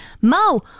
Mo